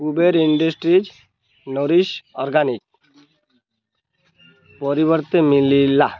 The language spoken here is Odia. କୁବେର ଇଣ୍ଡଷ୍ଟ୍ରିଜ୍ ନୋରିଶ୍ ଅର୍ଗାନିକ୍ ପରିବର୍ତ୍ତେ ମିଳିଲା